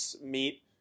meet